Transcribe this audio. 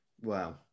Wow